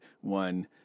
one